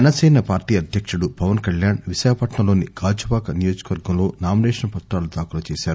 Janasena party అధ్యకుడు పవన్కళ్యాణ్ విశాఖపట్సంలోని గాజువాక నియోజకవర్గంలో నామిసేషన్ పత్రాలు దాఖలు చేసారు